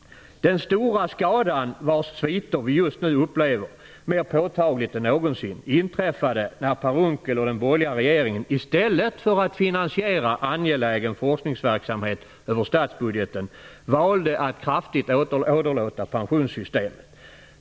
Den stora skadan, vars sviter vi just nu upplever mer påtagligt än någonsin, inträffade när Per Unckel och den borgerliga regeringen, i stället för att finansiera angelägen forskningsverksamhet över statsbudgeten, valde att kraftigt åderlåta pensionssystemet.